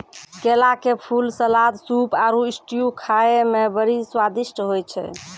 केला के फूल, सलाद, सूप आरु स्ट्यू खाए मे बड़ी स्वादिष्ट होय छै